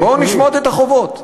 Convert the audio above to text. בואו נשמוט את החובות.